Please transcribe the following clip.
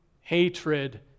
hatred